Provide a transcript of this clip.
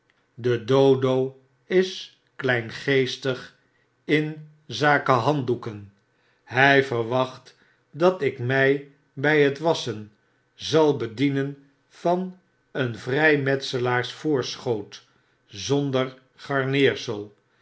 de dodo iskleingeestig in zake handdoeken hy verwacht dat ik my by het wasschen zal bedienen van een vrymetse laars voorschoot zonder garneersel